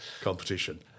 competition